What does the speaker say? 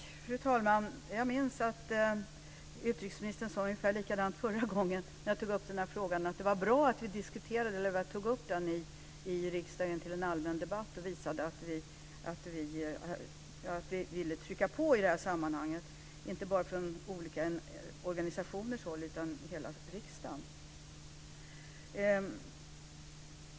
Fru talman! Jag minns att utrikesministern sade ungefär likadant förra gången jag tog upp den här frågan, att det var bra att jag tog upp den i riksdagen till allmän debatt och visade att vi ville trycka på i det här sammanhanget, inte bara olika organisationer utan hela riksdagen.